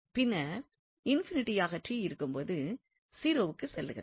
பின்னர் ஆக இருக்கும்போது 0 க்கு செல்கிறது